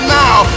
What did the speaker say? now